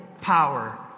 power